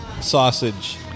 sausage